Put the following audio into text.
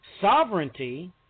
Sovereignty